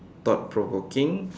thought provoking